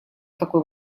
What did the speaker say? такой